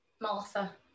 Martha